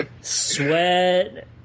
sweat